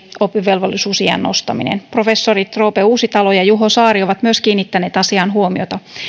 oppivelvollisuusiän nostaminen myös professorit roope uusitalo ja juho saari ovat kiinnittäneet asiaan huomiota